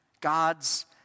God's